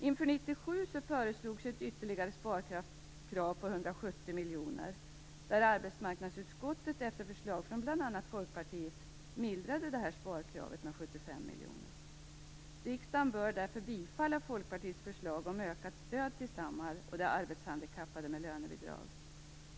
Inför 1997 föreslogs ett ytterligare sparkrav om 170 miljoner, där arbetsmarknadsutskottet efter förslag från bl.a. Folkpartiet mildrade detta sparkrav med 75 miljoner. Riksdagen bör därför bifalla Folkpartiets förslag om ökat stöd till Samhall och de arbetshandikappade med lönebidrag.